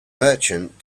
merchant